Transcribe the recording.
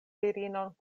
virinon